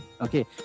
Okay